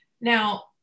Now